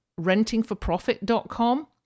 rentingforprofit.com